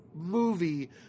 movie